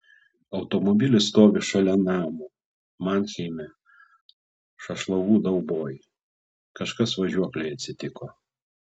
automobilis stovi šalia namo manheime sąšlavų dauboj kažkas važiuoklei atsitiko